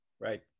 Right